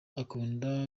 akunda